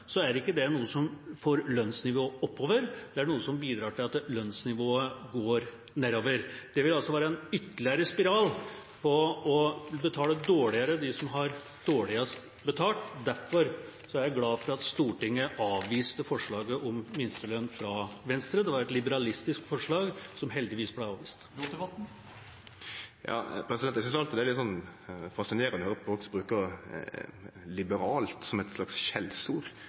så er ikke det noe som får lønnsnivået oppover, det er noe som bidrar til at lønnsnivået går nedover. Det vil altså være en ytterligere spiral og betale dårligere dem som har dårligst betalt. Derfor er jeg glad for at Stortinget avviste forslaget fra Venstre om minstelønn. Det var et liberalistisk forslag, som heldigvis ble avvist. Eg synest alltid det er litt fascinerande når folk bruker «liberalt» som eit slags skjellsord.